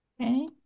Okay